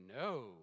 No